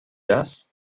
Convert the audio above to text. das